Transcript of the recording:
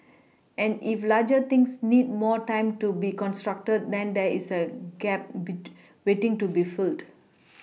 and if larger things need more time to be constructed then there's a gap waiting to be filled